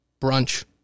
brunch